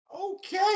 Okay